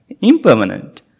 Impermanent